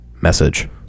message